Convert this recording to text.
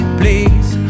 please